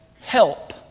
help